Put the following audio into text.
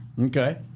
Okay